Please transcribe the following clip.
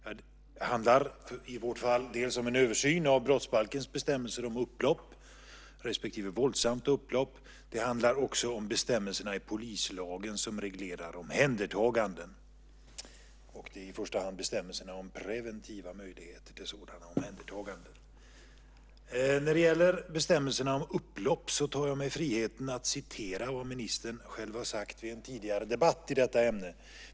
Det handlar i vårt fall om en översyn av brottsbalkens bestämmelser om upplopp respektive våldsamt upplopp. Det handlar också om bestämmelserna i polislagen som reglerar omhändertaganden. Det handlar i första hand om bestämmelserna om preventiva möjligheter till sådana omhändertaganden. När det gäller bestämmelserna om upplopp tar jag mig friheten att citera vad ministern själv har sagt vid en tidigare debatt i detta ämne.